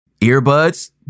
earbuds